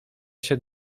się